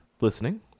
listening